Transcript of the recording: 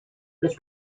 lecz